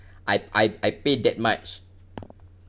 I I I pay that much